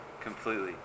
completely